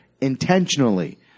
intentionally